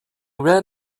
ran